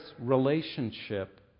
relationship